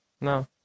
no